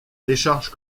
décharge